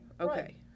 Okay